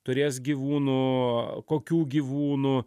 turės gyvūnų kokių gyvūnų